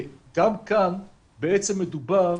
גם כאן בעצם מדובר